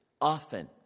often